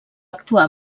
actuar